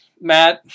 Matt